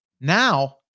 Now